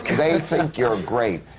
they think you're great.